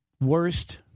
Worst